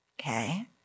Okay